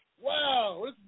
Wow